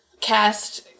cast